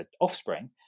offspring